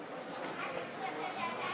אדוני היושב-ראש,